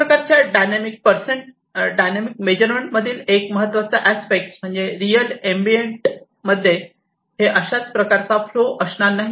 अशा प्रकारच्या dynamic measurement मधील एक महत्त्वाचा अस्पेक्ट म्हणजे रियल एम्बिएन्ट मध्ये हे अशा प्रकारचा फ्लो असणार नाही